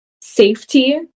safety